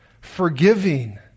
forgiving